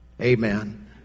Amen